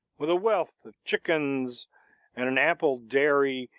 with a wealth of chickens and an ample dairy,